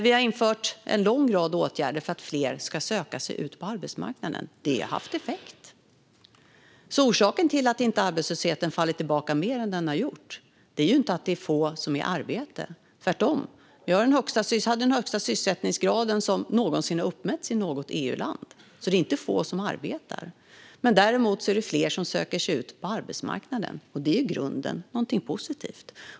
Vi har vidtagit en lång rad åtgärder för att fler ska söka sig ut på arbetsmarknaden. Det har haft effekt. Orsaken till att arbetslösheten inte har fallit tillbaka mer än den gjort är alltså inte att det är få som är i arbete. Tvärtom hade vi den högsta sysselsättningsgraden som någonsin uppmätts i något EU-land. Det är alltså inte få som arbetar, men däremot är det fler som söker sig ut på arbetsmarknaden. Det är i grunden någonting positivt.